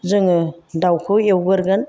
जोङो दाउखौ एवग्रोगोन